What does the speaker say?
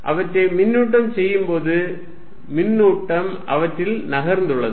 அவற்றை மின்னூட்டம் செய்யும் போது மின்னூட்டம் அவற்றில் நகர்ந்துள்ளது